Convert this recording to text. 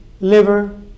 Liver